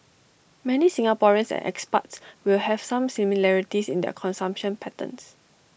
many Singaporeans and expats will have some similarities in their consumption patterns